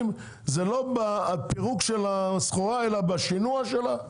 זה לא בפירוק של הסחורה אלא בשינוע שלה?